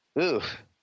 Oof